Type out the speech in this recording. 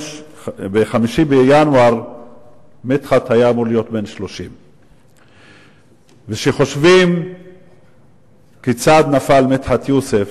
ב-5 בינואר מדחת היה אמור להיות בן 30. כשחושבים כיצד נפל מדחת יוסף